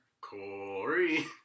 Corey